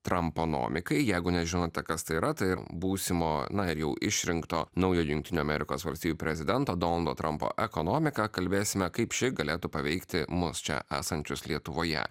tramponomikai jeigu nežinote kas tai yra tai būsimo na ir jau išrinkto naujo jungtinių amerikos valstijų prezidento donaldo trampo ekonomika kalbėsime kaip ši galėtų paveikti mus čia esančius lietuvoje